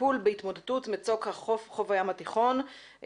לטיפול בהתמוטטות מצוק חוף הים התיכון,